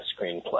screenplay